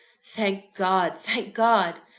thank god! thank god!